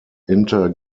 inter